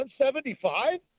175